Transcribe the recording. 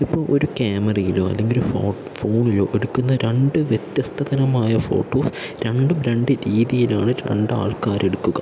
ഇപ്പോൾ ഒരു ക്യാമറയിലോ അല്ലെങ്കിൽ ഫോ ഫോണിലോ എടുക്കുന്ന രണ്ട് വ്യത്യസ്തതരമായ ഫോട്ടോസ് രണ്ടും രണ്ട് രീതിയിലാണ് രണ്ടാൾക്കാരെടുക്കുക